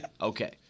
Okay